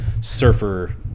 surfer